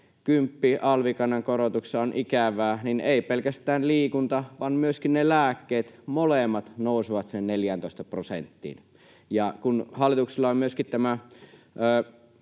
kymppi-alvikannan korotuksessa on ikävää, on se, että ei pelkästään liikunta vaan myöskin ne lääkkeet, molemmat, nousevat sinne 14 prosenttiin. Ja kun hallituksella on myöskin tämä